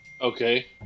Okay